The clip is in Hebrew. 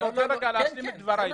אני רוצה להשלים את דבריי.